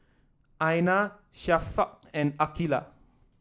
Aina Syafiqah and Aqilah